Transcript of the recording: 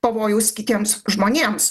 pavojaus kitiems žmonėms